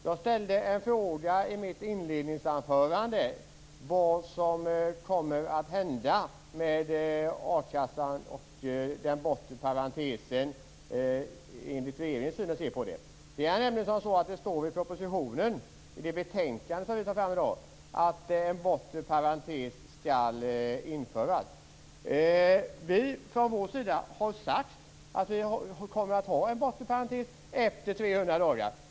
Jag frågade i mitt inledningsanförande vad som kommer att hända med a-kassan och den bortre parentesen enligt regeringens sätt att se på saken. Det står nämligen i propositionen och i det betänkande som behandlas i dag att en bortre parentes skall införas. Vi har sagt att vi kommer att ha en bortre parentes efter 300 dagar.